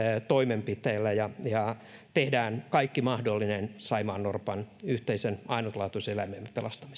toimenpiteellä tehdään kaikki mahdollinen saimaannorpan yhteisen ainutlaatuisen eläimemme